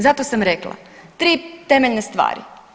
Zato sam rekla tri temeljne stvari.